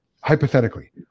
hypothetically